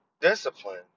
discipline